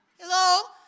Hello